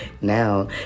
Now